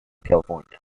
california